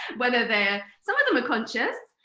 whether they're some of them are conscious.